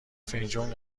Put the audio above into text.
فنجون